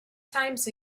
times